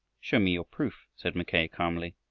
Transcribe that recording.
show me your proof, said mackay calmly.